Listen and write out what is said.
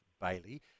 Bailey